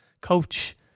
coach